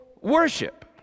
worship